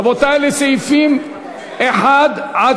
רבותי, לסעיפים 1 3